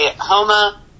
homa